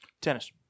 Tennis